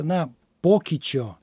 na pokyčio